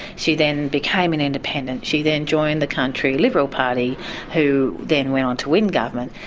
she then became an independent, she then joined the country liberal party who then went on to win government.